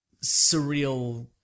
surreal